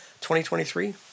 2023